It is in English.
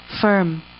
firm